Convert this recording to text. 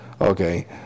Okay